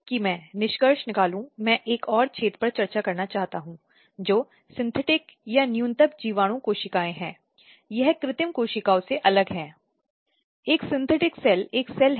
यह अपराध भी हम बाद के व्याख्यानों में हिंसा के बहुत ही क्रूर और गंभीर रूप में देखेंगे जो महिलाओं के खिलाफ अपराध है